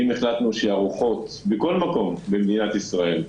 אם החלטנו שארוחות בכל מקום במדינת ישראל,